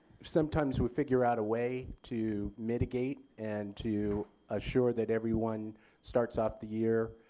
sometimes we figure out a way to mitigate and to assure that everyone starts off the year